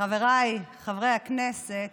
חבריי חברי הכנסת,